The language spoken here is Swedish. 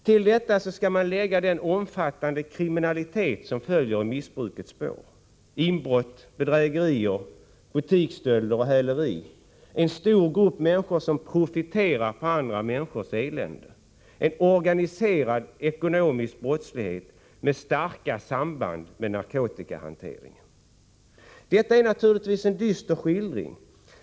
Till detta skall man lägga den omfattande kriminalitet som följer i missbrukets spår — inbrott, bedrägerier, butiksstölder och häleri och en stor grupp människor som profiterar på andra människors elände, en organiserad ekonomisk brottslighet med starka samband med narkotikahanteringen. Detta är naturligtvis en dyster skildring.